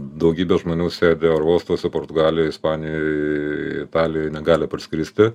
daugybė žmonių sėdi oro uostuose portugalijoj ispanijoj italijoj negali parskristi